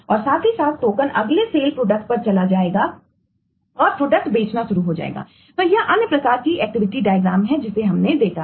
और प्रोडक्टहै जिसे हमने देखा है